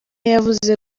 yavuze